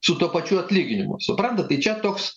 su tuo pačiu atlyginimu suprantat tai čia toks